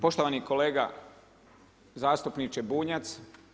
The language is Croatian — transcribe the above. Poštovani kolega zastupniče Bunjac.